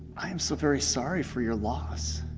i am so very sorry for your loss.